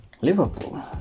Liverpool